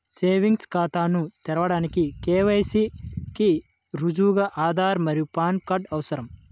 savings ఖాతాను తెరవడానికి KYC కి రుజువుగా ఆధార్ మరియు పాన్ కార్డ్ అవసరం